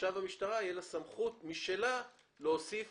שעכשיו למשטרה תהיה סמכות משלה להוסיף